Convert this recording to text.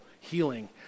healing